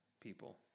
people